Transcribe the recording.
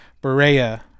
Berea